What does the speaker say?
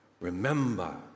Remember